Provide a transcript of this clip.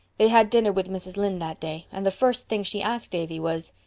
they had dinner with mrs. lynde that day, and the first thing she asked davy was,